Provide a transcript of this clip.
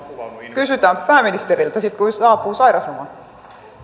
kysytään pääministeriltä sitten kun hän saapuu sairauslomalta